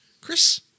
Chris